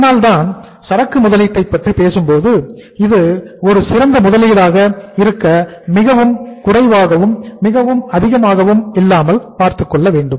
அதனால்தான் சரக்கு முதலீட்டைப் பற்றி பேசும்போது இது ஒரு சிறந்த முதலீடாக இருக்க மிகவும் குறைவாகவும் மிகவும் அதிகமாகவும் இல்லாமல் பார்த்துக்கொள்ள வேண்டும்